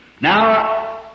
Now